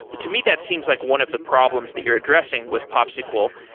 to me, that seems like one of the problems that you're addressing with popsql.